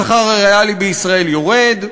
השכר הריאלי בישראל יורד,